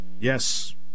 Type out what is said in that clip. Yes